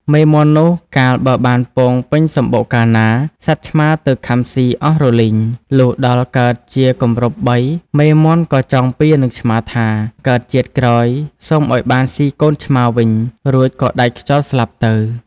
មេមាន់នោះ កាលបើបានពងពេញសំបុកកាលណា សត្វឆ្មាទៅខាំស៊ីអស់រលីង លុះដល់កើតជាគម្រប់បី មេមាន់ក៏ចងពៀរនឹងឆ្មាថា "កើតជាតិក្រោយសូមឲ្យបានស៊ីកូនឆ្មាវិញ” រួចក៏ដាច់ខ្យល់ស្លាប់ទៅ។